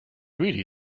really